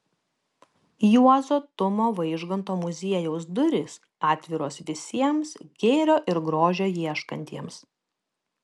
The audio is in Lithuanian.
juozo tumo vaižganto muziejaus durys atviros visiems gėrio ir grožio ieškantiems